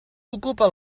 ocupa